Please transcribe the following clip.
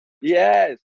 Yes